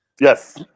yes